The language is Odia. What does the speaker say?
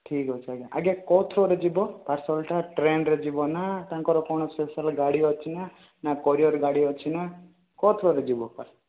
ଠିକ୍ ଅଛି ଆଜ୍ଞା ଆଜ୍ଞା କେଉଁ ଥ୍ରୁରେ ଯିବ ପାର୍ସଲଟା ଟ୍ରେନରେ ଯିବ ନା ତାଙ୍କର କ'ଣ ସ୍ପେଶାଲ୍ ଗାଡ଼ି ଅଛି ନା ନା କୋରିଅର୍ ଗାଡ଼ି ଅଛି ନା କେଉଁ ଥ୍ରୁରେ ଯିବ ପା